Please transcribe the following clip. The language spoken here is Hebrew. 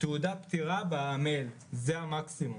תעודת פטירה במייל זה המקסימום.